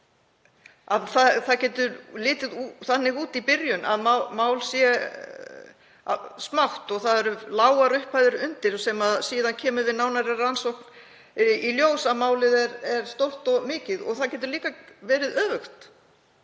það getur litið þannig út í byrjun að mál sé smátt og lágar upphæðir undir, en síðan kemur við nánari rannsókn í ljós að málið er stórt og mikið. Og það getur líka verið öfugt.